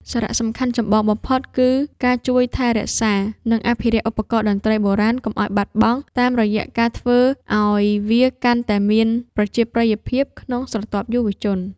សារៈសំខាន់ចម្បងបំផុតគឺការជួយថែរក្សា និងអភិរក្សឧបករណ៍តន្ត្រីបុរាណកុំឱ្យបាត់បង់ តាមរយៈការធ្វើឱ្យវាកាន់តែមានប្រជាប្រិយភាពក្នុងស្រទាប់យុវជន។